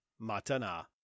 Matana